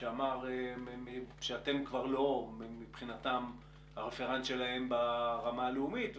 שאמר שאתם כבר לא הרפרנט שלהם ברמה הלאומית מבחינתם,